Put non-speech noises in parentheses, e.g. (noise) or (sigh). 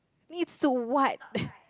needs to wipe (breath)